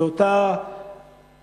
אותה